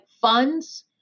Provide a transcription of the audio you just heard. funds